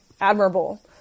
admirable